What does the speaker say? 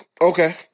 Okay